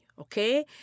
okay